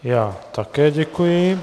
Já také děkuji.